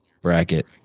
bracket